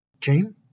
Jane